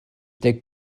deg